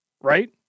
right